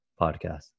podcast